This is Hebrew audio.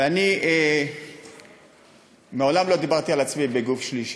ואני מעולם לא דיברתי על עצמי בגוף שלישי,